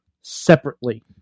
separately